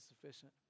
sufficient